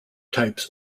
types